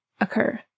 occur